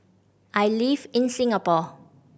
I live in Singapore